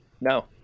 no